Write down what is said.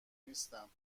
نیستم